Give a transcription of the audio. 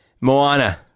Moana